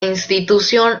institución